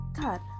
God